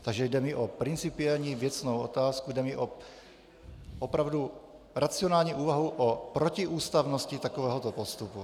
Takže jde mi o principiální věcnou otázku, jde mi o opravdu racionální úvahu o protiústavnosti takovéhoto postupu.